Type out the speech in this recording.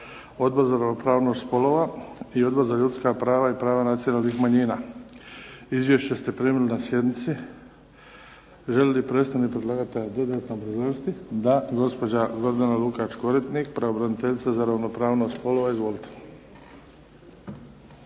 Odbor za ravnopravnost spolova i Odbor za ljudska prava i prava nacionalnih manjina. Izvješće ste primili na sjednici. Želi li predstavnik predlagatelja dodatno obrazložiti? Da. Gospođa Gordana Lukač Koritnik, Pravobraniteljica za ravnopravnost spolova. Izvolite.